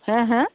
হাঁ হাঁ